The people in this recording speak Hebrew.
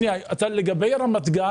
לגבי רמת גן,